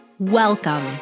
Welcome